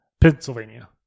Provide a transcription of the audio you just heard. Pennsylvania